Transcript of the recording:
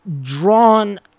drawn